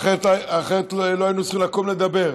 לא נפתר, אחרת לא היינו צריכים לקום לדבר.